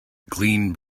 clean